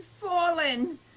fallen